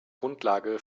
grundlage